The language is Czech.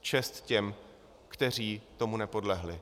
Čest těm, kteří tomu nepodlehli.